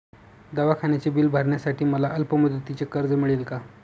दवाखान्याचे बिल भरण्यासाठी मला अल्पमुदतीचे कर्ज मिळेल का?